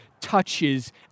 touches